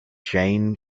jain